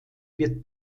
wird